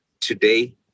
today